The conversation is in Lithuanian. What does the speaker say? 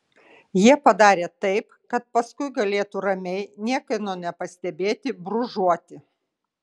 jie padarė taip kad paskui galėtų ramiai niekieno nepastebėti brūžuoti